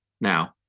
now